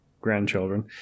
grandchildren